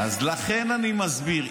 אז לכן אני מסביר.